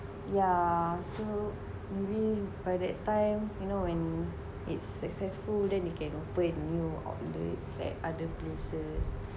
yeah so maybe by that time you know when it's successful then you can open a new outlets at other places